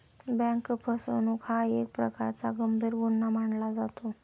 bank फसवणूक हा एक प्रकारचा गंभीर गुन्हा मानला जातो